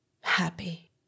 Happy